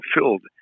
fulfilled